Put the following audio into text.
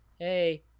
Hey